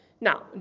Now